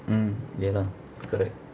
mm ya lah correct